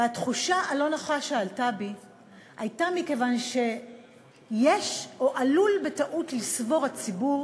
והתחושה הלא-נוחה שעלתה בה הייתה מכיוון שיש או עלול בטעות לסבור הציבור